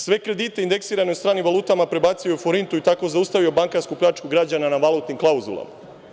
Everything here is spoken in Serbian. Sve kredite indeksirane u stranim valutama prebacio je u forintu i tako zaustavio bankarsku pljačku građana na valutnim klauzulama.